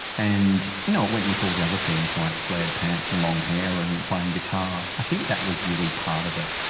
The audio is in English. and you know it went with all the other things like flared pants and long hair and playing guitar. i think that was really part of it.